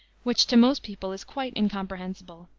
which, to most people, is quite incomprehensible,